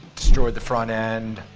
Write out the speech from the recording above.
destroyed the front end,